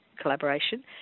collaboration